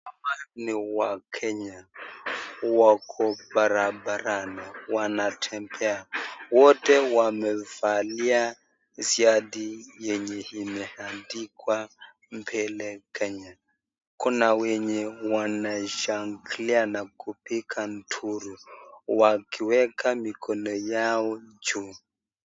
Hawa ni wakenya wako barabarani wanatembea, wote wamevalia shati yenye imeandikwa , mbele Kenya, kuna wenye wanashangilia na kupiga duru wakiweka mikono yao juu.